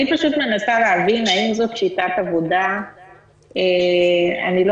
אני מנסה להבין האם זאת שיטת עבודה ואני לא